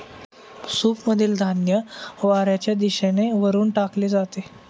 सूपमधील धान्य वाऱ्याच्या दिशेने वरून टाकले जाते